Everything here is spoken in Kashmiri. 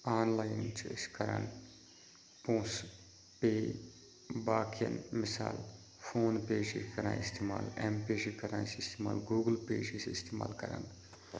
آن لایِن چھِ أسۍ کران پونٛسہٕ پے باقیَن مِثال فون پے چھِ أسۍ کَران استعمال اٮ۪م پے چھِ کَران أسۍ استعمال گوٗگٕل پے چھِ أسۍ استعمال کران